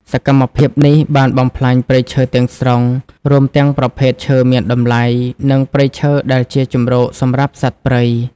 សកម្មភាពនេះបានបំផ្លាញព្រៃឈើទាំងស្រុង រួមទាំងប្រភេទឈើមានតម្លៃ និងព្រៃឈើដែលជាជម្រកសម្រាប់សត្វព្រៃ។